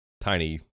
tiny